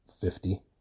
Fifty